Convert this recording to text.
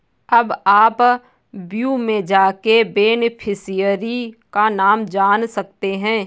अब आप व्यू में जाके बेनिफिशियरी का नाम जान सकते है